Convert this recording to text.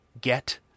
Get